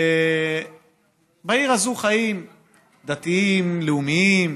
בעיר הזו חיים דתיים-לאומיים,